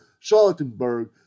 Charlottenburg